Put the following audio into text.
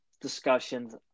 discussions